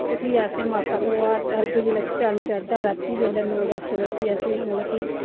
ते फ्ही असें मास्सा फलोहार अर्घ जेल्लै चन्न चढ़दा रातीं बेल्लै नौ दस बजे फ्ही असें मतलब कि